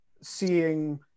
seeing